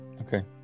Okay